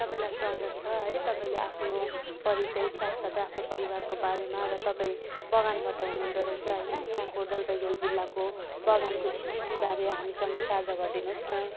तपाईँलाई स्वागत छ है तपाईँले आफ्नो परिचय साथसाथै आफ्नो परिवारको बारेमा र तपाईँ बगानबाट हुनुहुँदो रहेछ होइन यहाँको जलपाइगुडी जिल्लाको बगानको स्थितिबारे हामीसँग साझा गरिदिनु होस् न